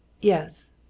Yes